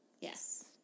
Yes